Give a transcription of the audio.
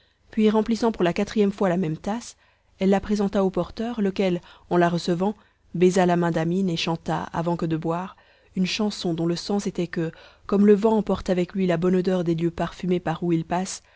puis remplissant pour la quatrième fois la même tasse elle la présenta au porteur lequel en la recevant baisa la main d'amine et chanta avant que de boire une chanson dont le sens était que comme le vent emporte avec lui la bonne odeur des lieux parfumés par où il passe